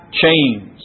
chains